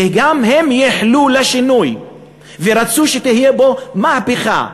וגם הם ייחלו לשינוי ורצו שתהיה פה מהפכה,